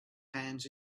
hands